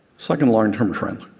second long-term trend